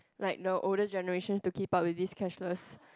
like the older generation to keep up with this cashless